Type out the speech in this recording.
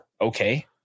Okay